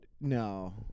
No